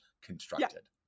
constructed